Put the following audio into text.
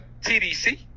tdc